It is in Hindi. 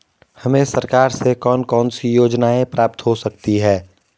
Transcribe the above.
हमें सरकार से कौन कौनसी योजनाएँ प्राप्त हो सकती हैं?